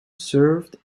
served